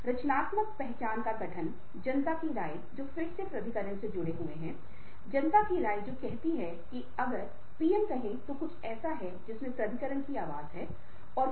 एक विशेष दिन में कर्मचारी आएगा व्यक्तिगत चरनी या कार्यकारी बैठेगा और इसी समय में कर्मचारी और कर्मचारी प्रतिनिधि होंगे